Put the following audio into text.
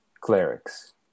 clerics